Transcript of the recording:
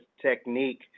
technique